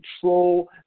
control